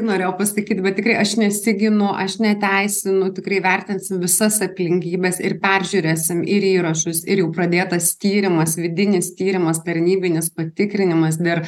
norėjau pasakyt bet tikrai aš nesiginu aš neteisinu tikrai įvertinsim visas aplinkybes ir peržiūrėsim ir įrašus ir jau pradėtas tyrimas vidinis tyrimas tarnybinis patikrinimas dėr